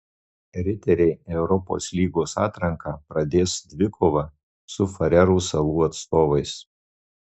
riteriai europos lygos atranką pradės dvikova su farerų salų atstovais